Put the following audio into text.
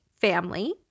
family